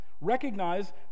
recognize